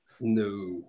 no